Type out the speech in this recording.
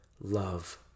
love